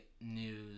news